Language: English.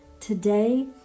Today